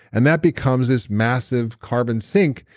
and that becomes this massive carbon sink.